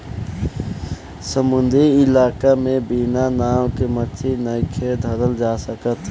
समुंद्री इलाका में बिना नाव के मछली नइखे धरल जा सकत